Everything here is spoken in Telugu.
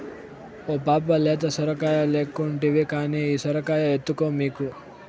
ఓ పాపా లేత సొరకాయలెక్కుంటివి కానీ ఈ సొరకాయ ఎత్తుకో మీకు